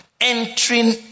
entering